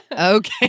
Okay